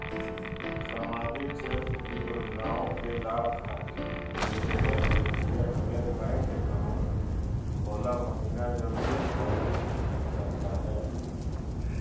सामाजिक क्षेत्र की योजनाओं के लाभ खातिर लेने के लिए हमें बैंक अकाउंट खोला महिना जरूरी पड़ सकता है?